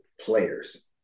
players